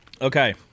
Okay